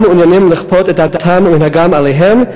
מעוניינים לכפות את דתם ומנהגם עליהם,